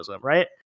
right